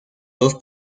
dos